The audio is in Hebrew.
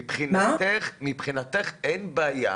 מבחינתך אין בעיה